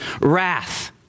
wrath